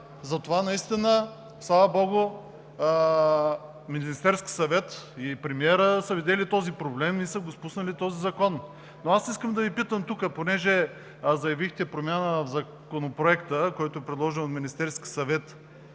затова наистина, слава богу, Министерският съвет и премиерът са видели този проблем и са спуснали този закон. Но искам да Ви питам тук, понеже заявихте промяна в Законопроекта, който е предложен от Министерския съвет: